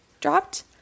dropped